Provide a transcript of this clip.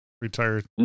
retired